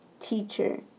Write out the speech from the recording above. teacher